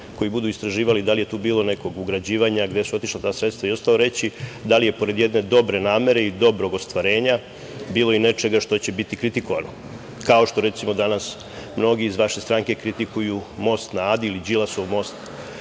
koji budu istraživali da li je tu bilo nekog ugrađivanja, gde su otišla ta sredstva i ostalo reći da li je pored jedne dobre namere i dobrog ostvarenja bilo i nečega što će biti kritikovano, kao što danas mnogi iz vaše stranke kritikuju „most na Adi“ ili Đilasov most,